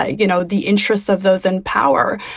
ah you know, the interests of those in power,